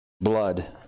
blood